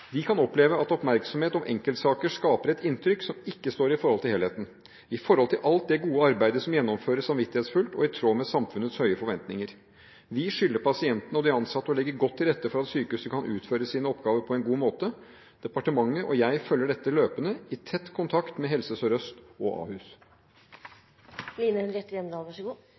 De kan oppleve at oppmerksomhet om enkeltsaker skaper et inntrykk som ikke står i forhold til helheten – til alt det gode arbeidet som gjennomføres samvittighetsfullt og i tråd med samfunnets høye forventninger. Vi skylder pasientene og de ansatte å legge godt til rette for at sykehuset kan utføre sine oppgaver på en god måte. Departementet og jeg følger dette løpende, i tett kontakt med Helse Sør-Øst og